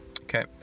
okay